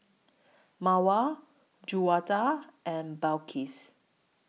Mawar Juwita and Balqis